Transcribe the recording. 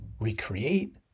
recreate